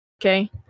okay